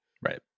right